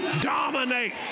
dominate